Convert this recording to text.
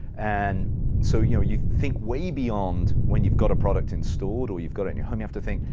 and so you know you think way beyond when you've got a product installed or you've got it in your home. you have to think,